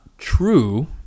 true